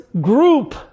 group